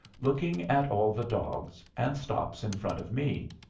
looking at all the dogs, and stops in front of me.